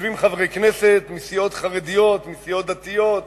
יושבים חברי הכנסת מסיעות חרדיות, מסיעות דתיות,